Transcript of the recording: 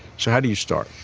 so how do you start?